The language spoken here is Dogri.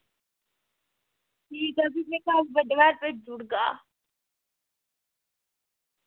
फ्ही अ'ऊं तुसेंगी कल्ल बड्डे पैह्र भेजी ओड़गा